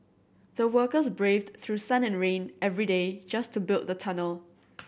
the workers braved through sun and rain every day just to build the tunnel